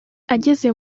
ageze